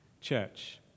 church